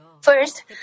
First